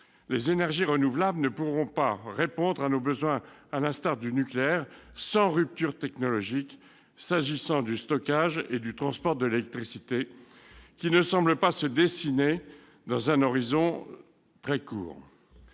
les énergies renouvelables ne pourront pas répondre à nos besoins à l'instar du nucléaire, sans rupture technologique s'agissant du stockage et du transport de l'électricité, ce qui ne semble pas de dessiner dans un horizon très court.